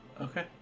Okay